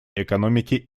экономике